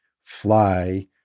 fly